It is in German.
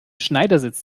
schneidersitz